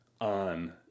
on